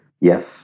Yes